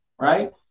Right